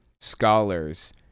scholars